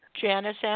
Janice